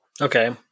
Okay